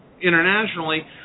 internationally